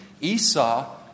Esau